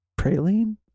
Praline